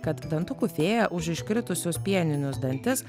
kad dantukų fėja už iškritusius pieninius dantis